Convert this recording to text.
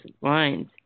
lines